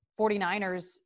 49ers